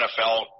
NFL